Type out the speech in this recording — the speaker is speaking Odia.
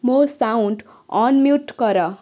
ମୋ ସାଉଣ୍ଡ୍ ଅନ୍ମ୍ୟୁଟ୍ କର